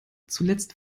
zuletzt